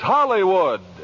Hollywood